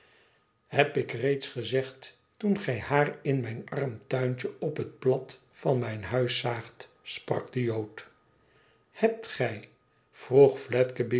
heb ik reeds gezegd toen gij haar in mijn arm tuintje op het put van mijn huis zaagt sprak de jood hebt gij vroeg